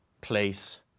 place